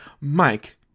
Mike